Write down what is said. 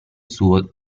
suo